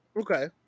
Okay